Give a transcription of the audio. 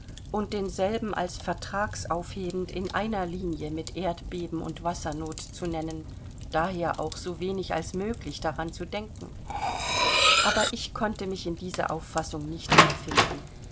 und denselben als vertragsaufhebend in einer linie mit erdbeben und wassernot zu nennen daher auch so wenig als möglich daran zu denken aber ich konnte mich in diese auffassung nicht mehr finden